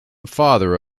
father